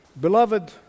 Beloved